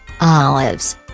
Olives